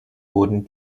wurden